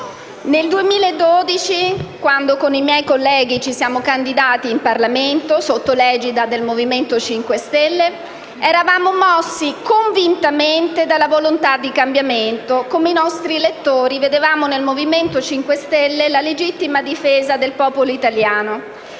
nel 2012, quando con i miei colleghi ci siamo candidati in Parlamento sotto l'egida del Movimento 5 Stelle, eravamo mossi convintamente dalla volontà di cambiamento. Come i nostri elettori, vedevamo nel Movimento 5 Stelle la legittima difesa del popolo italiano.